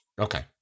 Okay